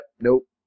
Nope